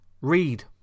read